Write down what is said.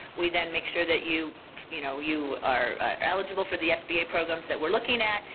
we then make sure that you you know you are eligible for the sba programs that we're looking at,